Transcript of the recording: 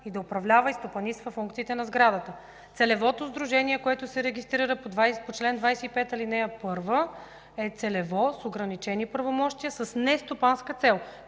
да управлява и стопанисва функциите на сградата. Сдружението, което се регистрира по чл. 25, ал. 1, е целево, с ограничени правомощия, с нестопанска цел.